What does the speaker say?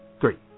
Three